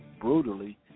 brutally